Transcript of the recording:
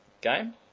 game